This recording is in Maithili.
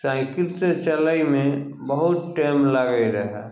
साइकिलसँ चलयमे बहुत टाइम लागय रहय